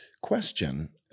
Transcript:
question